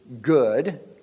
good